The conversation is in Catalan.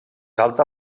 alta